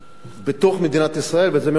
בתוך מדינת ישראל, וזה מאוד חשוב.